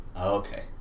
Okay